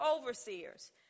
overseers